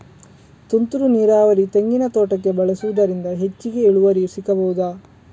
ತುಂತುರು ನೀರಾವರಿ ತೆಂಗಿನ ತೋಟಕ್ಕೆ ಬಳಸುವುದರಿಂದ ಹೆಚ್ಚಿಗೆ ಇಳುವರಿ ಸಿಕ್ಕಬಹುದ?